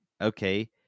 Okay